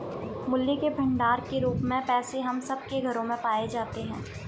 मूल्य के भंडार के रूप में पैसे हम सब के घरों में पाए जाते हैं